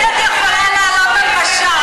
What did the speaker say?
את יכולה לעלות על משט.